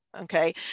Okay